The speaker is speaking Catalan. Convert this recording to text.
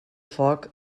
foc